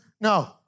No